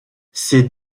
ces